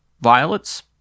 Violets